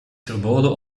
verboden